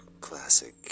classic